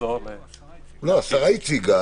השרה הציגה.